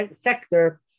sector